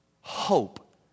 hope